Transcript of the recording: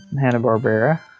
Hanna-Barbera